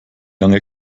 lange